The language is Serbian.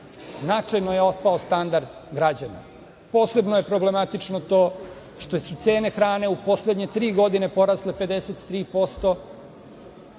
značajno je opao standard građana. Posebno je problematično to što su cene hrane u poslednje tri godine porasle 53%,